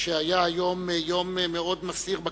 של הכנסת, והיה היום יום מאוד מסעיר בכנסת,